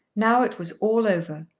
now it was all over.